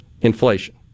inflation